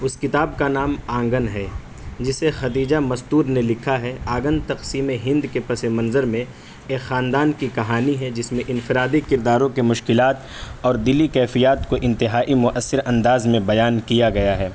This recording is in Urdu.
اس کتاب کا نام آنگن ہے جسے خدیجہ مستور نے لکھا ہے آنگن تقسیم ہند کے پس منظر میں ایک خاندان کی کہانی ہے جس میں انفرادی کرداروں کے مشکلات اور دلی کیفیات کو انتہائی مؤثر انداز میں بیان کیا گیا ہے